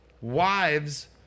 wives